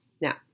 Now